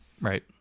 right